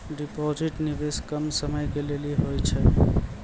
Deposit निवेश कम समय के लेली होय छै?